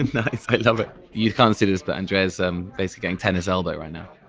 nice. i love it. you can't see this, but andrea's um basically getting tennis elbow right now.